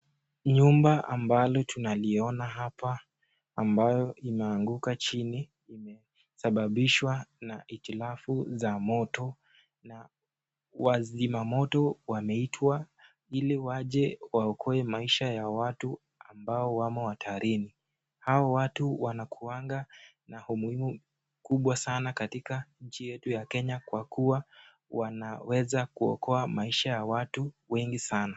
Nyumba ambalo tunaiona hapa, ambayo inaanguka chini , imesababishwa na itilavu za moto na wazima moto wameitwa ili waje waokoe maisha ya watu ambao wamo hatarini. Hao watu wanakuanga na umuhimu kubwa sana katika nchi yetu ya Kenya kwa kuwa wanaweza kuokoa maisha ya watu wengi sana.